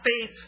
faith